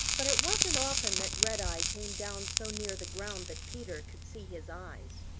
but it wasn't often that redeye came down so near the ground that peter could see his eyes.